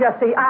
Jesse